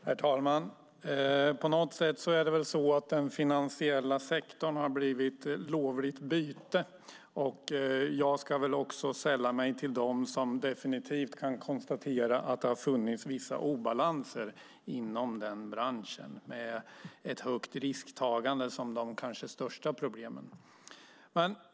Herr talman! Den finansiella sektorn har blivit lovligt byte. Jag sällar mig till dem som kan konstatera att det definitivt har funnits vissa obalanser inom denna bransch, med ett högt risktagande som det kanske största problemet.